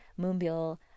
Moonbill